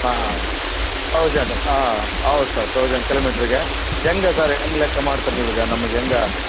ಹಾಂ ತೌಜಂಡ್ ಹಾಂ ಹೌದು ಸರ್ ತೌಜಂಡ್ ಕಿಲೋ ಮೀಟ್ರಿಗೆ ಹೆಂಗೆ ಸರ್ ಹೆಂಗ್ ಲೆಕ್ಕ ಮಾಡ್ತೀರಾ ನೀವು ಈಗ ನಮ್ಗೆ ಹೆಂಗ